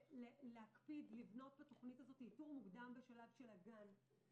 להקפיד לבנות בתוכנית הזאת איתור מוקדם בשלב של הגן.